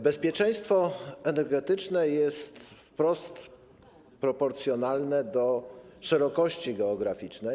Bezpieczeństwo energetyczne jest wprost proporcjonalne do szerokości geograficznej.